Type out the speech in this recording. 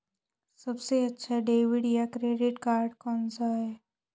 सबसे अच्छा डेबिट या क्रेडिट कार्ड कौन सा है?